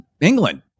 England